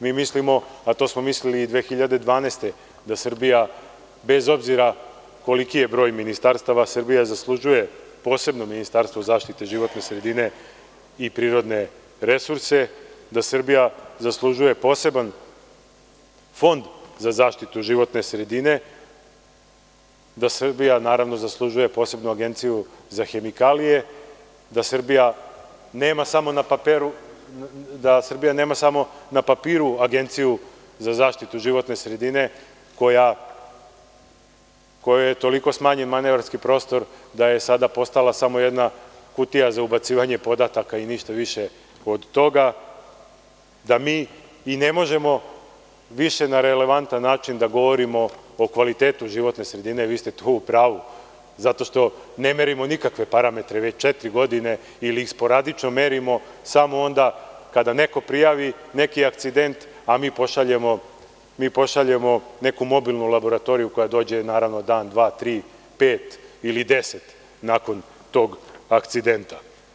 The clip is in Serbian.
Mi mislimo, a to smo mislili i 2012. godine, da Srbija, bez obzira koliki je broj ministarstava, zaslužuje posebno ministarstvo za zaštitu životne sredine i prirodne resurse, da Srbija zaslužuje poseban fond za zaštitu životne sredine, da Srbija zaslužuje posebnu agenciju za hemikalije, da Srbija nema samo na papiru Agenciju za zaštitu životne sredine, kojoj je toliko smanjen manevarski prostor da je sada postala samo jedna kutija za ubacivanje podataka i ništa više od toga, da mi i ne možemo više na relevantan način da govorimo o kvalitetu životne sredine, vi ste tu u pravu, zato što ne merimo nikakve parametre već četiri godine ili ih sporadično merimo, samo onda kada neko prijavi neki akcident, a mi pošaljemo neku mobilnu laboratoriju koja dođe, naravno, dan, dva, tri, pet ili deset nakon tog akcidenta.